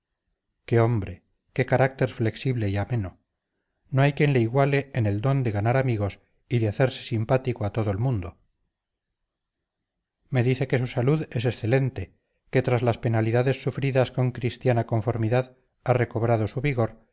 qué hombre qué carácter flexible y ameno no hay quien le iguale en el don de ganar amigos y de hacerse simpático a todo el mundo me dice que su salud es excelente que tras las penalidades sufridas con cristiana conformidad ha recobrado su vigor